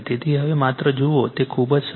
તેથી હવે માત્ર જુઓ તે ખૂબ જ સરળ છે